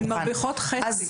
הן מרוויחות חצי.